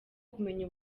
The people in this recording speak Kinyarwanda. kumenya